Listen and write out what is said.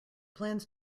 plans